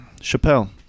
Chappelle